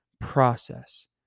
process